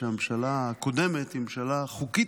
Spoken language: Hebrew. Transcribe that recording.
שהממשלה הקודמת היא ממשלה חוקית,